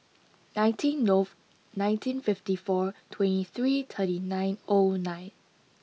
nineteen Nov nineteen fifty four twenty three thirty nine O nine